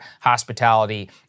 hospitality